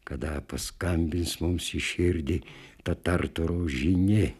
kada paskambins mums į širdį tatarto rožinė